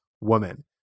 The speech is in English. woman